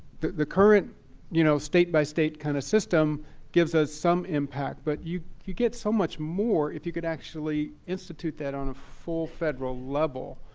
the the current you know state by state kind of system gives us some impact. but you could get so much more if you could actually institute that on a full federal level.